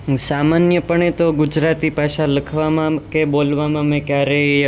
સામાન્ય પણે તો ગુજરાતી ભાષા લખવામાં કે બોલવામાં મેં ક્યારેય